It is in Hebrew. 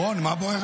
למה מטומטמת?